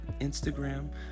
Instagram